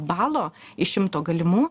balo iš šimto galimų